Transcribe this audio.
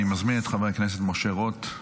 אני מזמין את חבר הכנסת משה רוט.